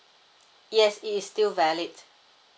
yes it is still valid